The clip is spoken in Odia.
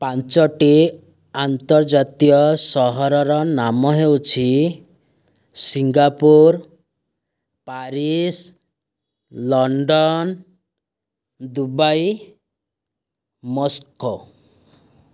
ପାଞ୍ଚଟି ଆନ୍ତର୍ଜାତୀୟ ସହରର ନାମ ହେଉଛି Singapore Paris London Dubai Moscow